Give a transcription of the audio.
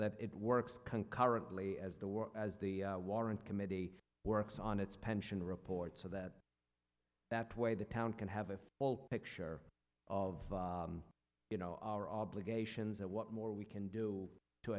that it works concurrently as the world as the warrant committee works on its pension report so that that way the town can have a full picture of you know our obligations and what more we can do to